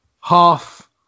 half